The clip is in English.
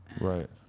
Right